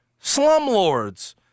Slumlords